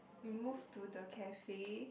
we move to the cafe